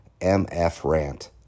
MFRANT